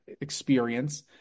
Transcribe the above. experience